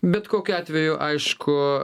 bet kokiu atveju aišku